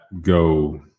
go